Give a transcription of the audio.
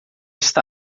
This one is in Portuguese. está